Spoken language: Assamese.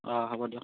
অ হ'ব দিয়ক